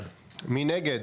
1 נגד,